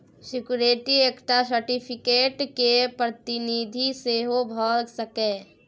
security एकटा certificate केर प्रतिनिधि सेहो भ सकैए